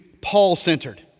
Paul-centered